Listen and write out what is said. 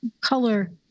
color